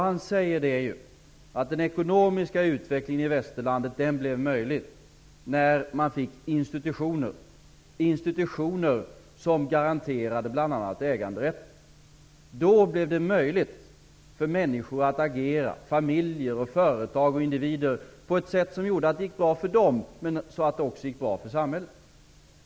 Han säger att den ekonomiska utvecklingen i västerlandet blev möjlig när man fick instutioner som garanterade äganderätten. Då blev det möjligt för människor, familjer och företag att agera på ett sätt som gjorde att det gick bra för dem och också för samhället.